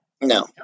No